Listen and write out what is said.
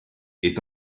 est